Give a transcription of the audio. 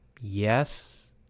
Yes